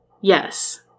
Yes